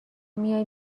میای